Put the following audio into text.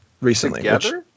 recently